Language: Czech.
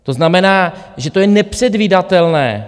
To znamená, že to je nepředvídatelné.